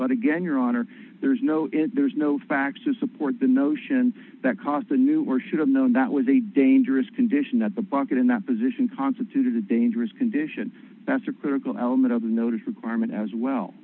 but again your honor there's no there's no facts to support the notion that caster knew or should have known that was a dangerous condition that the bucket in that position constituted a dangerous condition that's a critical element of the notice requirement as well